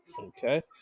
Okay